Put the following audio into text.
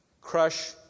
Crush